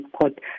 court